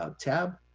ah tab.